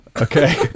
okay